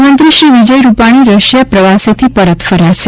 મુખ્યમંત્રી શ્રી વિજય રૂપાણી રશિયા પ્રવાસેથી પરત ફર્યા છે